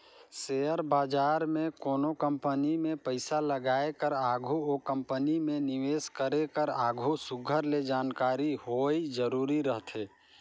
share बजार में कोनो कंपनी में पइसा लगाए कर आघु ओ कंपनी में निवेस करे कर आघु सुग्घर ले जानकारी होवई जरूरी रहथे